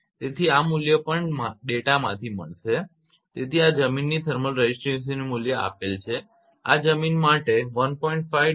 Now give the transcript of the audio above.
તેથી આ મૂલ્ય પણ તે ડેટામાહિતી માંથી મળશે તેથી આ જમીનની થર્મલ રેઝિસ્ટિવિટીનું મૂલ્ય આપેલ છે જે આ જમીન માટે 1